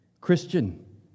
Christian